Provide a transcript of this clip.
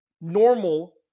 normal